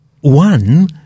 one